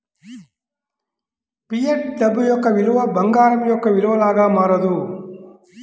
fiat డబ్బు యొక్క విలువ బంగారం యొక్క విలువ లాగా మారదు